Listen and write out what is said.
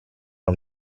non